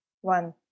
one